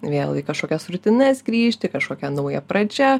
vėl į kažkokias rutinas grįžti kažkokia nauja pradžia